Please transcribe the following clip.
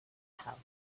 house